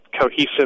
cohesive